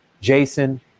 Jason